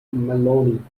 malone